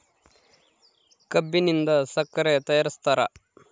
ಕಬ್ಬಿನಿಂದ ಸಕ್ಕರೆ ತಯಾರಿಸ್ತಾರ